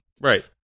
Right